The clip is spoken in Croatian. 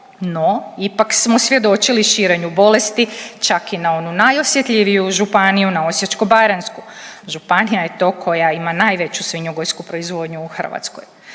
No ipak smo svjedočili širenju bolesti čak i na onu najosjetljiviju županiju na Osječko-baranjsku. Županija je to koja ima najveću svinjogojsku proizvodnju u Hrvatskoj.